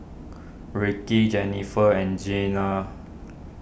Ricky Jenniffer and Jeana